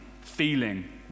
feeling